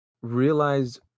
realize